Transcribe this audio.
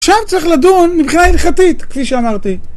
עכשיו צריך לדון מבחינה הלכתית, כפי שאמרתי.